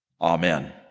Amen